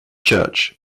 church